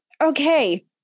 okay